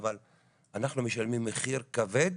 אבל אנחנו משלמים מחיר כבד